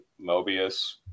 Mobius